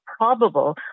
probable